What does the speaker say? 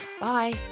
Bye